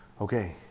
Okay